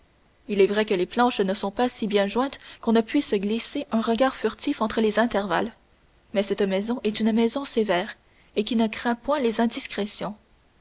il est vrai que les planches ne sont pas si bien jointes qu'on ne puisse glisser un regard furtif entre les intervalles mais cette maison est une maison sévère et qui ne craint point les indiscrétions